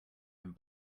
and